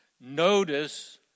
Notice